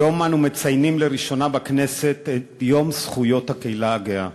היום אנו מציינים לראשונה בכנסת את יום זכויות הקהילה הגאה.